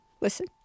Listen